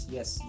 Yes